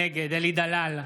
נגד אלי דלל,